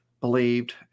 believed